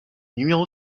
numéro